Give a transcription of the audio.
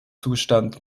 zustand